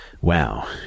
Wow